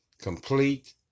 complete